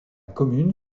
commune